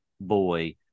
boy